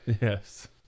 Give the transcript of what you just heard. Yes